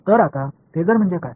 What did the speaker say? तर आता फेसर म्हणजे काय